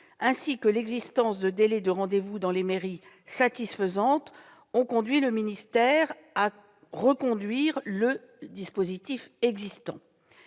ainsi que l'existence de délais de rendez-vous dans les mairies satisfaisants ont amené le ministère à reconduire le dispositif existant.